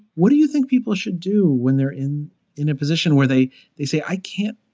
what do you think people should do when they're in in a position where they they say, i can't.